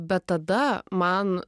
bet tada man